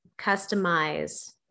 customize